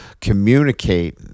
communicate